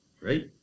right